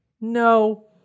no